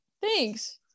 Thanks